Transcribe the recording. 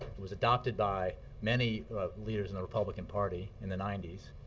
it was adopted by many leaders in the republican party in the ninety s.